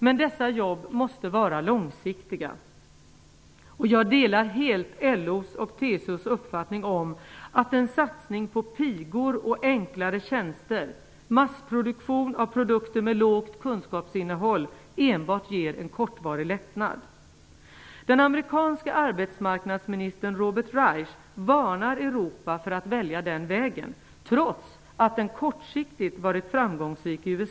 Men dessa jobb måste vara långsiktiga. Jag delar helt LO:s och TCO:s uppfattning att en satsning på ''pigor'' och enklare tjänster samt massproduktion av produkter med lågt kunskapsinnehåll enbart ger en kortvarig lättnad. Robert Reich varnar Europa för att välja den vägen, trots att den kortvarigt har varit framgångsrik i USA.